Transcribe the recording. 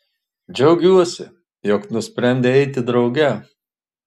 džiaugiuosi jog nusprendei eiti drauge